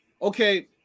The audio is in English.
okay